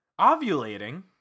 Ovulating